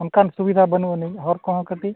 ᱚᱱᱠᱟᱱ ᱥᱩᱵᱤᱫᱷᱟ ᱵᱟᱹᱱᱩᱜ ᱟᱹᱱᱤᱡ ᱦᱚᱨ ᱠᱚᱦᱚᱸ ᱠᱟᱹᱴᱤᱡ